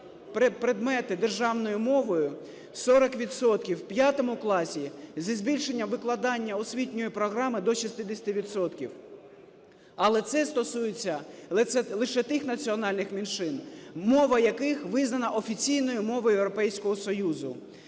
предмети державною мовою 40 відсотків в 5 класі, зі збільшенням викладання освітньої програми до 60 відсотків. Але це стосується лише тих національних менших, мова яких визнана офіційною мовою Європейського Союзу.